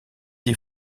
dix